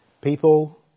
people